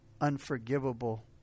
unforgivable